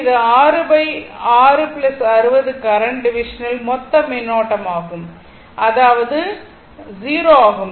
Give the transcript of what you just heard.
இது 6 6 60 கரண்ட் டிவிஷனின் மொத்த மின்னோட்டமாகும் அதாவது 0 ஆகும்